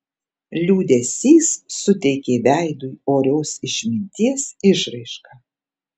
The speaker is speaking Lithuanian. liūdesys suteikė veidui orios išminties išraišką